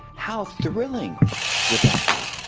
how thrilling would that be!